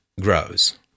grows